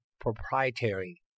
proprietary